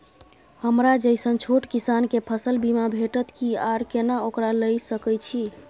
हमरा जैसन छोट किसान के फसल बीमा भेटत कि आर केना ओकरा लैय सकैय छि?